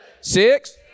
six